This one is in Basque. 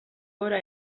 gora